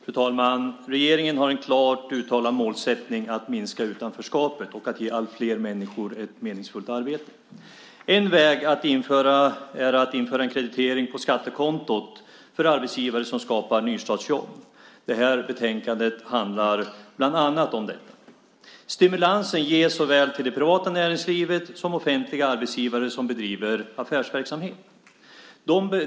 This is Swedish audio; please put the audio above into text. Fru talman! Regeringen har en klart uttalad målsättning att minska utanförskapet och att ge alltfler människor ett meningsfullt arbete. En väg är att införa en kreditering på skattekontot för arbetsgivare som skapar nystartsjobb. Det här betänkandet handlar bland annat om det. Stimulansen ges såväl till det privata näringslivet som till offentliga arbetsgivare som bedriver affärsverksamhet.